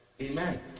amen